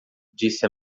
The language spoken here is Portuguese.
disse